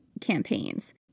campaigns